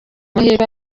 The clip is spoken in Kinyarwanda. amahirwe